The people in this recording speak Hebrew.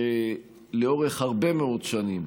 שלאורך הרבה מאוד שנים